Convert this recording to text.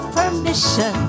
permission